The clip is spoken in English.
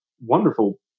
wonderful